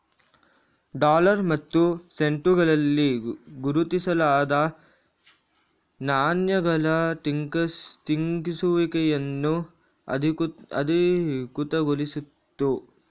dollar ಮತ್ತು ಸೆಂಟುಗಳಲ್ಲಿ ಗುರುತಿಸಲಾದ ನಾಣ್ಯಗಳ ಟಂಕಿಸುವಿಕೆಯನ್ನು ಅಧಿಕೃತಗೊಳಿಸಿತು